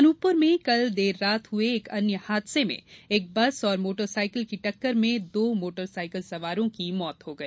अनूपप्र मे कल देर रात हुए एक अन्य हादसे में एक बस और मोटर साइकिल की टक्कर में दो मोटर साइकिल सवारों की मौत हो गई